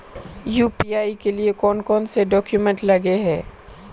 UPI के लिए कौन कौन से डॉक्यूमेंट लगे है?